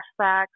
flashbacks